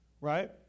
right